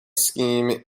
scheme